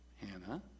Hannah